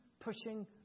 pushing